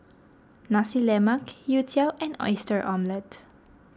Nasi Lemak Youtiao and Oyster Omelette